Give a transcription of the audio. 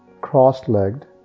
cross-legged